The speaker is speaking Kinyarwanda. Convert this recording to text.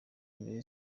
imbere